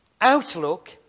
Outlook